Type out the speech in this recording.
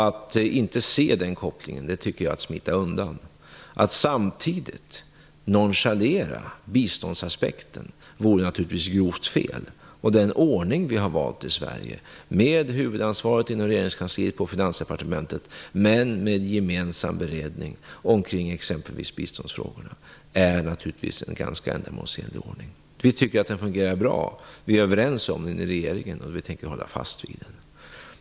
Att inte se den här kopplingen tycker jag är att smita undan. Att samtidigt nonchalera biståndsaspekten vore naturligtvis grovt fel. Den ordning vi har valt i Sverige, med huvudansvaret inom Regeringskansliet på Finansdepartementet men med gemensam beredning omkring exempelvis biståndsfrågorna, är naturligtvis en ganska ändamålsenlig ordning. Vi tycker att den här ordningen fungerar bra. Vi är i regeringen överens om den, och vi tänker hålla fast vid den.